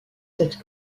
cette